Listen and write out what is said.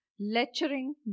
lecturing